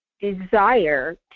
desire